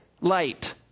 light